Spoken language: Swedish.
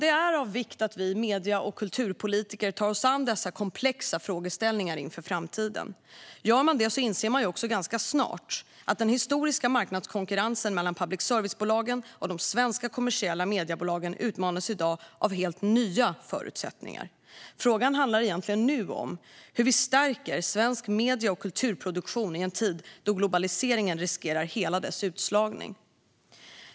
Det är av vikt att vi medie och kulturpolitiker tar oss an dessa komplexa frågeställningar inför framtiden. Gör man det inser man ganska snart att den historiska marknadskonkurrensen mellan public service-bolagen och de svenska kommersiella mediebolagen i dag utmanas av helt nya förutsättningar. Frågan handlar egentligen nu om hur vi stärker svensk medie och kulturproduktion i en tid då globaliseringen riskerar att slå ut den i sin helhet.